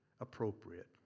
appropriate